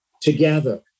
together